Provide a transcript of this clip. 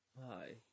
Hi